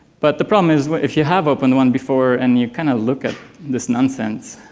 but the problem is, if you have opened one before and you kind of look at this nonsense,